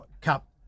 Cup